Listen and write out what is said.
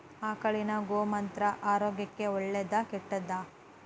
ಆಕಳಿನ ಗೋಮೂತ್ರ ಆರೋಗ್ಯಕ್ಕ ಒಳ್ಳೆದಾ ಕೆಟ್ಟದಾ?